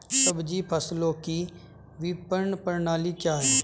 सब्जी फसलों की विपणन प्रणाली क्या है?